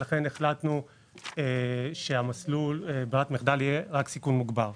ולכן החלטנו שמסלול ברירת המחדל יהיה רק סיכון מוגבר.